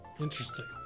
Interesting